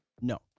No